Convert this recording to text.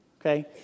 Okay